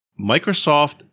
Microsoft